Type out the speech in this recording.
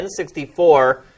N64